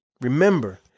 Remember